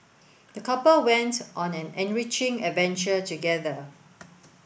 the couple went on an enriching adventure together